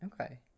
okay